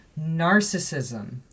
narcissism